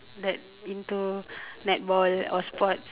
that into netball or sports